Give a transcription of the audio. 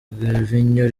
gervinho